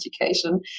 education